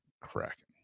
cracking